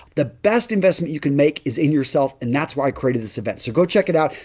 the best investment you can make is in yourself and that's why i created this event, so go check it out.